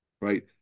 Right